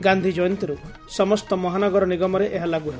ଗାଧି ଜୟନ୍ତୀରୁ ସମସ୍ତ ମହାନଗର ନିଗମରେ ଏହା ଲାଗୁ ହେବ